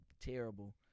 Terrible